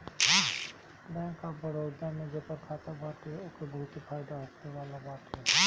bank of Baroda में जेकर खाता बाटे ओके बहुते फायदा होखेवाला बाटे